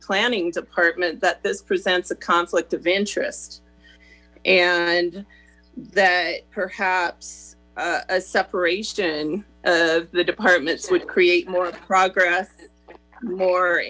planning department that this presents a conflict of interest and that perhaps a separation of the departments would create more progress more